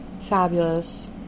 Fabulous